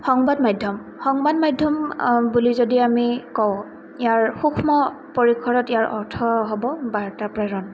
সংবাদ মাধ্যম সংবাদ মাধ্যম বুলি যদি আমি কওঁ ইয়াৰ সূক্ষ্ম পৰিসৰত ইয়াৰ অৰ্থ হ'ব বাৰ্তা প্ৰেৰণ